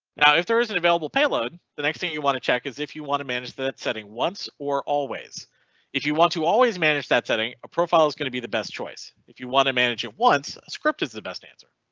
now, if there is an available payload the next thing you want to check is if you want to manage that setting once or always if you want to always manage that setting a profile is going to be the best choice. if you want to manage it once script is the best answer.